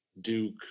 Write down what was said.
Duke